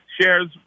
shares